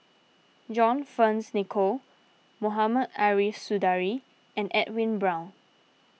John Fearns Nicoll Mohamed Ariff Suradi and Edwin Brown